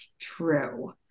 true